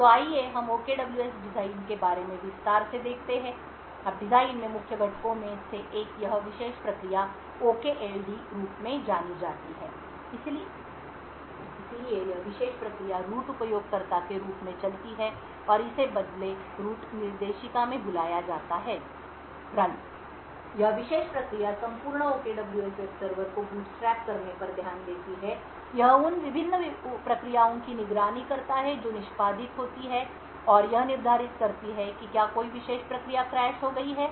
तो आइए हम OKWS डिजाइन के बारे में विस्तार से देखते हैं अब डिजाइन में मुख्य घटकों में से एक यह विशेष प्रक्रिया OKLD के रूप में जानी जाती है इसलिए यह विशेष प्रक्रिया रूट उपयोगकर्ता के रूप में चलती है और इसे बदले रूट निर्देशिका में बुलाया जाता है रन यह विशेष प्रक्रिया संपूर्ण OKWS वेब सर्वर को बूटस्ट्रैप करने पर ध्यान देती है यह उन विभिन्न प्रक्रियाओं की निगरानी करता है जो निष्पादित होती हैं और यह निर्धारित करती है कि क्या कोई विशेष प्रक्रिया क्रैश हो गई है